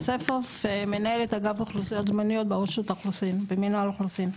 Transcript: מנהלת אגף אוכלוסיות זמניות במנהל האוכלוסין.